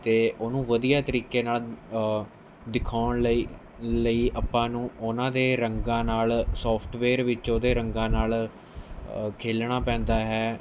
ਅਤੇ ਉਹਨੂੰ ਵਧੀਆ ਤਰੀਕੇ ਨਾਲ ਦਿਖਾਉਣ ਲਈ ਲਈ ਆਪਾਂ ਨੂੰ ਉਹਨਾਂ ਦੇ ਰੰਗਾਂ ਨਾਲ਼ ਸੋਫਟਵੇਅਰ ਵਿੱਚ ਉਹਦੇ ਰੰਗਾਂ ਨਾਲ ਖੇਲਣਾ ਪੈਂਦਾ ਹੈ